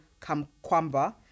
Kamkwamba